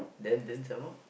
then then some more